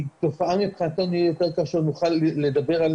כי זאת תהיה תופעה מבחינתנו כאשר נוכל לדבר על